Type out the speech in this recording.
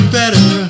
better